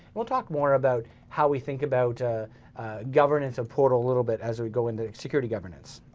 we'll talk more about how we think about ah governance of portal a little bit as we go into security governance.